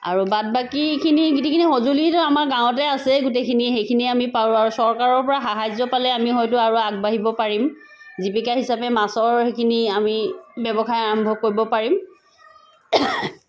আৰু বাদ বাকীখিনি গোটেখিনি সঁজুলি আমাৰ গাঁৱতেই আছেই গোটেইখিনি সেইখিনিয়ে আমি পাৰো আৰু চৰকাৰৰ পৰা সাহাৰ্য পালে আমি হয়তো আৰু আগবাঢ়িব পাৰিম জীৱিকা হিচাপে মাছৰ সেইখিনি আমি ব্যৱসায় আৰম্ভ কৰিব পাৰিম